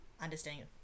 understanding